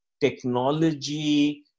technology